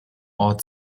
ort